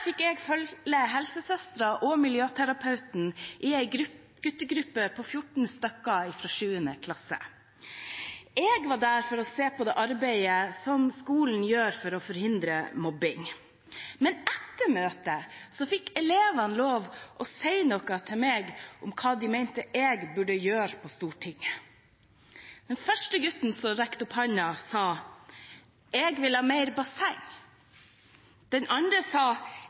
fikk jeg følge helsesøsteren og miljøterapeuten i en guttegruppe på 14 stykker fra 7. klasse. Jeg var der for å se på det arbeidet som skolen gjør for å forhindre mobbing. Etter møtet fikk elevene lov til å si noe til meg om hva de mente jeg burde gjøre på Stortinget. Den første gutten som rakte opp hånden, sa: Jeg vil ha mer basseng. Den andre sa: